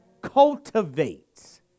cultivates